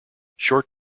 short